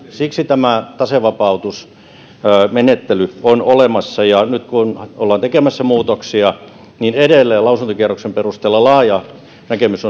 siksi tasevapautusmenettely on olemassa ja nyt kun ollaan tekemässä muutoksia edelleen lausuntokierroksen perusteella laaja näkemys